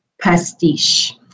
pastiche